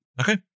Okay